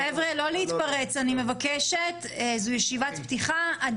חבר'ה, לא להתפרץ, אני מבקשת, זאת ישיבת פתיחה.